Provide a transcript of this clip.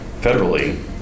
federally